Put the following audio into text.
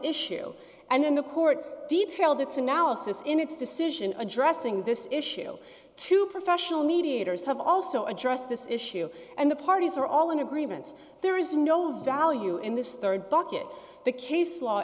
issue and then the court detailed its analysis in its decision addressing this issue to professional mediators have also addressed this issue and the parties are all in agreement there is no value in this rd bucket the case law